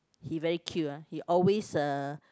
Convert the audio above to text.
he very cute ah he always uh